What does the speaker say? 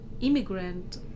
immigrant